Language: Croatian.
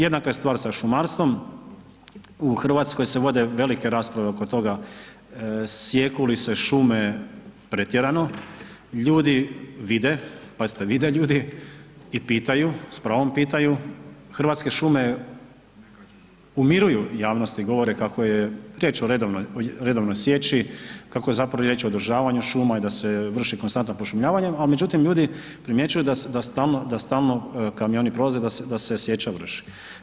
Jednaka je stvar sa šumarstvom, u Hrvatskoj se vode velike rasprave oko toga sijeku li se šume pretjerano, ljudi vide, pazite vide ljudi, i pitaju, s pravom pitaju, Hrvatske šume umiruju javnost i govore kako je riječ o redovnoj, o redovnoj sječi, kako je zapravo riječ o održavanju šuma i da se vrši konstantno pošumljavanje, al' međutim ljudi primjećuju da stalno kamioni prolaze, da se sječa vrši.